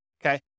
Okay